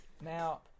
now